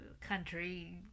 country